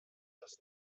das